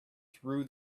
threw